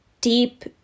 deep